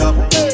up